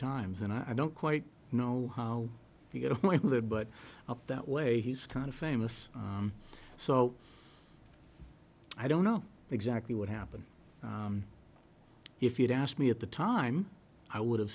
times and i don't quite know how you get appointed but up that way he's kind of famous so i don't know exactly what happened if you'd asked me at the time i would have